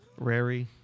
Rary